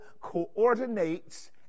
coordinates